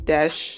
Dash